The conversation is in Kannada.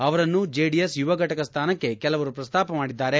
ಅವರನ್ನು ಜೆಡಿಎಸ್ ಯುವ ಘಟಕ ಸ್ಥಾನಕ್ಕೆ ಕೆಲವರು ಪ್ರಸ್ತಾಪ ಮಾಡಿದ್ದಾರೆ